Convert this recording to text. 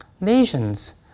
Nations